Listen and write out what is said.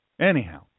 Anyhow